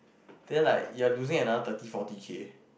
then like you are losing another thirty forty K